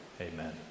amen